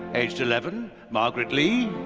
aged eleven margaret lee,